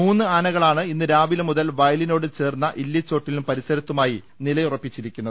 മൂന്ന് ആനകളാണ് ഇന്ന് രാവിലെ മുതൽ വയലിനോട് ചേർന്ന ഇല്ലിച്ചോട്ടിലും പരിസ രത്തുമായി നിലയുറപ്പിച്ചിരിക്കുന്നത്